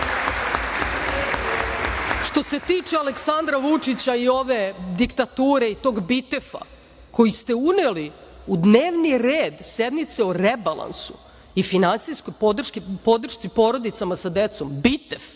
ste. Što se tiče Aleksandra Vučića i ove diktature i toga Bitefa, koji ste uneli u dnevni red sednice o rebalansu i finansijskoj podršci porodicama sa decom, Bitef